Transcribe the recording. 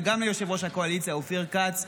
וגם ליושב-ראש הקואליציה אופיר כץ,